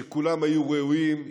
שכולם היו ראויים,